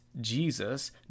Jesus